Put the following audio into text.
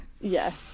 yes